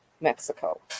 Mexico